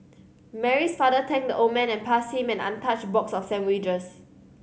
Mary's father thanked the old man and passed him an untouched box of sandwiches